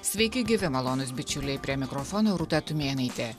sveiki gyvi malonūs bičiuliai prie mikrofono rūta tumėnaitė